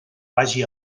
vagi